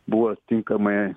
buvo tinkamai